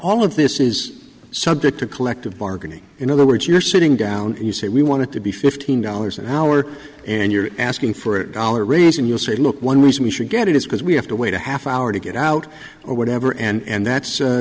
all of this is subject to collective bargaining in other words you're sitting down you say we want to be fifteen dollars an hour and you're asking for a dollar raise and you say look one reason we should get it is because we have to wait a half hour to get out or whatever and that's